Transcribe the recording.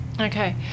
Okay